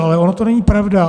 Ale ono to není pravda.